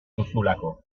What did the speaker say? duzulako